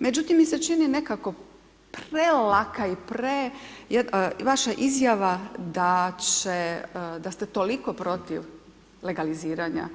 Međutim mi se čini nekako prelaka i pre, vaša izjava da ste toliko protiv legaliziranja